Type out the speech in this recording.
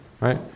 right